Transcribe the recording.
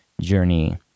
journey